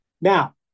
Now